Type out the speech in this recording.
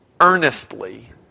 earnestly